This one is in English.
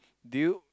do you